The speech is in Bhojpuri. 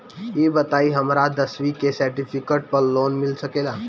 ई बताई हमरा दसवीं के सेर्टफिकेट पर लोन मिल सकेला?